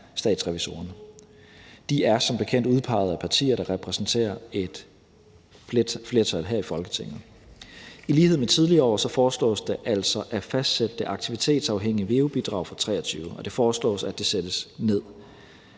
statsrevisorerne – de er som bekendt udpeget af partier, der repræsenterer et flertal her i Folketinget. I lighed med tidligere år foreslås det altså at fastsætte det aktivitetsafhængige veu-bidrag for 2023, og det foreslås, at det sættes ned.